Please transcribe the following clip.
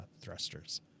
thrusters